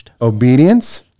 obedience